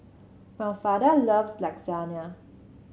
Mafalda loves Lasagna